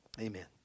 amen